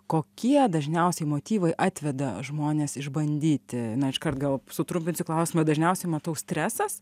kokie dažniausiai motyvai atveda žmones išbandyti na iškart gal sutrupinsiu klausimą dažniausiai matau stresas